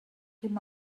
him